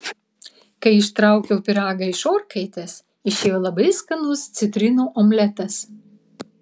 kai ištraukiau pyragą iš orkaitės išėjo labai skanus citrinų omletas